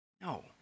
No